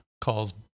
calls